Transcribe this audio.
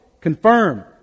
confirm